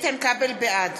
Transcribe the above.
בעד